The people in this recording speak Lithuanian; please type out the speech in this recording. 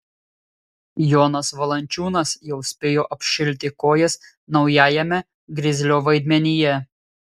jonas valančiūnas jau spėjo apšilti kojas naujajame grizlio vaidmenyje